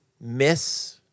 miss